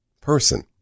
person